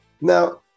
Now